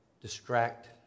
distract